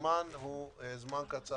הזמן הוא קצר.